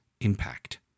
impact